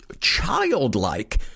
childlike